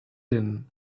din